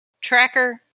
tracker